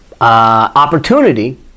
opportunity